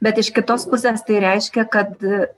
bet iš kitos pusės tai reiškia kad